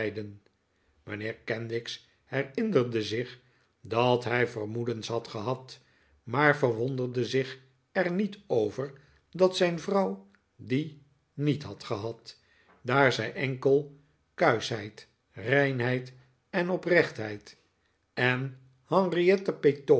mijnheer kenwigs herinnerde zich dat hij vermoedens had gehad maar verwonderde zich er niet over dat zijn vrouw die niet had gehad daar zij enkel kuischheid reinheid en oprechtheid en